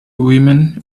women